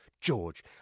George